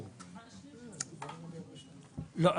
אמנם אני אזרח סוג ב' פה --- לא,